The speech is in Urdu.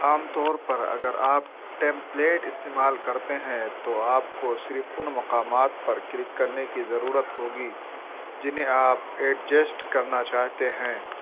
عام طور پر اگر آپ ٹیمپلیٹ استعمال کرتے ہیں تو آپ کو صرف ان مقامات پر کلک کرنے کی ضرورت ہوگی جنہیں آپ ایڈجسٹ کرنا چاہتے ہیں